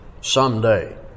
someday